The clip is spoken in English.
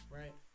right